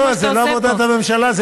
לא, לא, זה לא עבודת הממשלה.